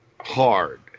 hard